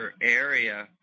area